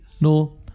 no